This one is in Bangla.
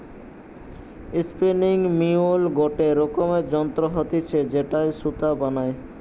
স্পিনিং মিউল গটে রকমের যন্ত্র হতিছে যেটায় সুতা বানায়